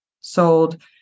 sold